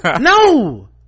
no